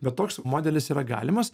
bet toks modelis yra galimas